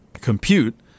compute